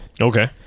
okay